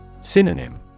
Synonym